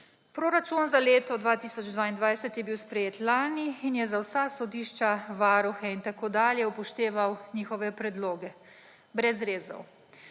»Proračun za leto 2022 je bil sprejet lani in je za vsa sodišča, varuhe in tako dalje upošteval njihove predloge brez rezov.